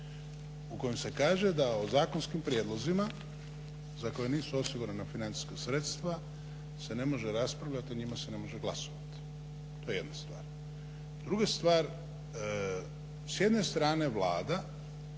u kojem se kaže da o zakonskim prijedlozima za koje nisu osigurana financijska sredstva se ne može raspravljati, o njima se ne može glasovat. To je jedna stvar. Druga stvar, s jedne strane Vlada,